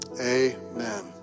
Amen